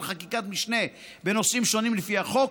חקיקת משנה בנושאים שונים לפי החוק,